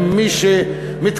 עם מי שמתכוון,